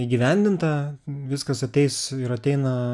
įgyvendinta viskas ateis ir ateina